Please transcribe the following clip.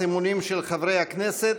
תודה למזכירת הכנסת.